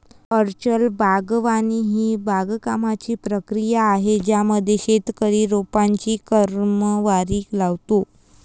orchard बागवानी ही बागकामाची प्रक्रिया आहे ज्यामध्ये शेतकरी रोपांची क्रमवारी लावतो